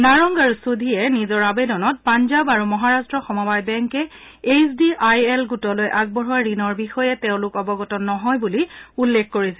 নাৰংগ আৰু ছোধিয়ে নিজৰ আৱেদনত পঞ্জাব আৰু মহাৰাট্ট সমবায় বেংকে এইছ ডি আই এল গোটলৈ আগবঢ়োৱা ঋণৰ বিষয়ে অৱগত নহয় বুলি উল্লেখ কৰিছিল